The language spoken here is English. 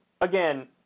again